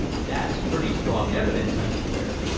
that's pretty strong evidence, i declared.